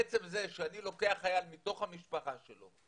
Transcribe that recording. בעצם זה שאני לוקח חייל מתוך המשפחה שלו,